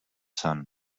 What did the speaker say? sun